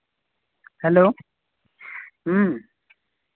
hello ᱦᱮᱸ